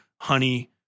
honey